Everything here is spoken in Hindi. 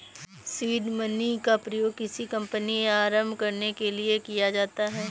सीड मनी का प्रयोग किसी कंपनी को आरंभ करने के लिए किया जाता है